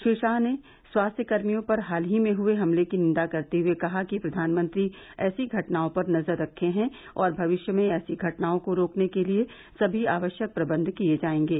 श्री शाह ने स्वास्थ्य कर्मियों पर हाल ही में हए हमलों की निंदा करते हए कहा कि प्रधानमंत्री ऐसी घटनाओं पर नजर रखे हैं और भविष्य में ऐसी घटनाओं को रोकने के लिए सभी आवश्यक प्रबंध किए जायेंगे